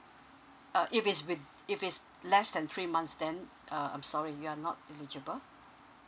uh if is with~ if it's less than three months then uh I'm sorry you are not eligible